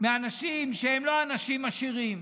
מאנשים שהם לא אנשים עשירים,